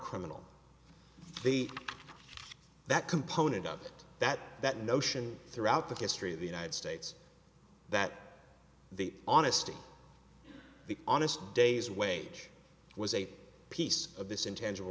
criminal the that component of that that notion throughout the history of the united states that the honesty the honest day's wage was a piece of this intangible